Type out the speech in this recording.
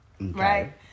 Right